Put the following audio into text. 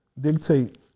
dictate